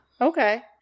Okay